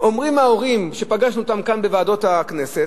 אומרים ההורים שפגשנו אותם כאן, בוועדות הכנסת: